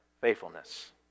faithfulness